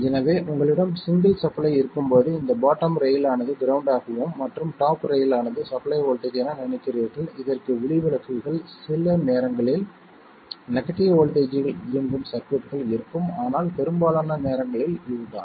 எனவே உங்களிடம் single supply இருக்கும் போது இந்த பாட்டம் ரயில் ஆனது கிரவுண்ட் ஆகவும் மற்றும் டாப் ரயில் ஆனது சப்ளை வோல்டேஜ் என நினைக்கிறீர்கள் இதற்கு விதிவிலக்குகள் சில நேரங்களில் நெகட்டிவ் வோல்ட்டேஜ்ஜில் இயங்கும் சர்க்யூட்கள் இருக்கும் ஆனால் பெரும்பாலான நேரங்களில் இதுதான்